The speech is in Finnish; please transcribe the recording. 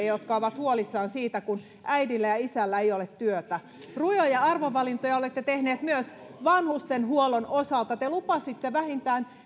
jotka ovat huolissaan siitä kun äidillä ja isällä ei ole työtä rujoja arvovalintoja olette tehneet myös vanhustenhuollon osalta te lupasitte vähintään